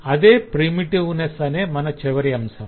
అదే ప్రిమిటివ్నెస్ అనే మన చివరి అంశం